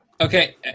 Okay